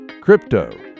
Crypto